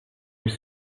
ils